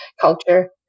culture